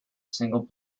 single